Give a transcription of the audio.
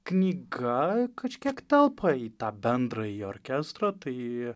knyga kažkiek telpa į tą bendrąjį orkestrą tai